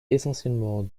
essentiellement